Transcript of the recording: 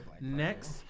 next